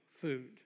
food